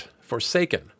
Forsaken